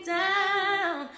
down